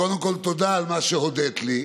קודם כול, תודה על מה שהודית לי,